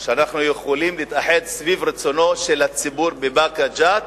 שאנחנו יכולים להתאחד סביב רצונו של הציבור בבאקה ג'ת,